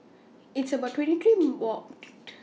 It's about twenty